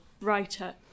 writer